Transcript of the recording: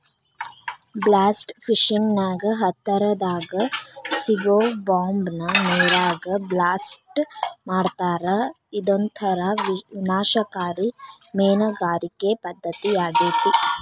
blast fishing ನ್ಯಾಗ ಹತ್ತರದಾಗ ಸಿಗೋ ಬಾಂಬ್ ನ ನೇರಾಗ ಬ್ಲಾಸ್ಟ್ ಮಾಡ್ತಾರಾ ಇದೊಂತರ ವಿನಾಶಕಾರಿ ಮೇನಗಾರಿಕೆ ಪದ್ದತಿಯಾಗೇತಿ